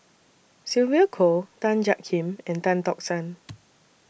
Sylvia Kho Tan Jiak Kim and Tan Tock San